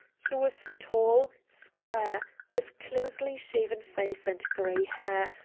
he was tall, spare, with closely shaven face and gray hair,